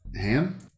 Ham